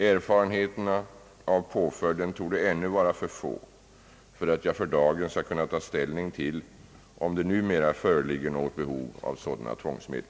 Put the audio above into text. Erfarenheterna av påföljden torde ännu vara för få för att jag för dagen skall kunna ta ställning till om det nu föreligger något behov av sådana tvångsmedel.